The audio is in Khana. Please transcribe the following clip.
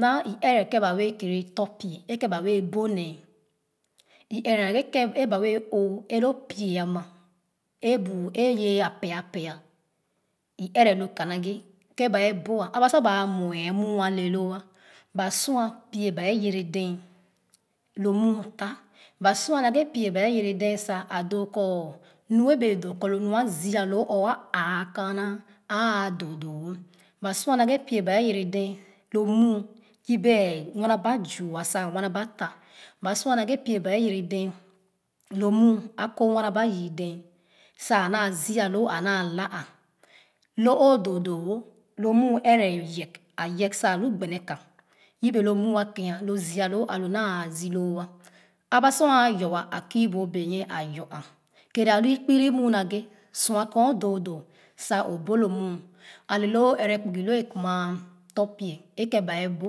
na i ɛrɛ ken ba wɛɛ kɛrɛ tɔ pie e ke'n ba wɛɛ bunee e ɛrɛ naghe ken ba wɛɛ oo ē loo pie ama e bu e yee a pea pea i ɛrɛ ka naghe ken bɛa bua aba sor ba muɛ muu a le"a ba sua pie ba yere dee lo muu tah ba sua naghe pie baɛ yere dee sa doo kɔ nɔa bee doo lo nu a zia nu or aa kaana aa āā doo doo no ba sua naghe pie ba yere dee lo muu yebe ɛɛ nwana ba zuu'a sa a nwana ba tah ba sua naghe pie ba yere dɛɛ sa a naa ziia lo a naa la'a lo o doo doo wo lo muu ɛrɛ yɛg i sa alo gbene ka yebe lo muu a ke'n lo ziia loo alo naa zii loo'a aba sor aa yɔɔ a kii bu o benyie a yɔɔ a kere alo i kpiri muu naghe sua ken o doo doo sa o bu lo muu ale loo ɛrɛ kpugi lo ē kuma tɔ pie ē ke'n ba bu.